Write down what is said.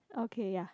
okay ya